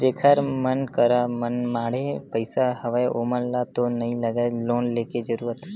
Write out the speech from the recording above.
जेखर मन करा मनमाड़े पइसा हवय ओमन ल तो नइ लगय लोन लेके जरुरत